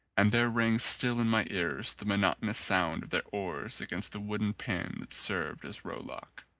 and there rang still in my ears the monotonous sound of their oars against the wooden pin that served as rowlock.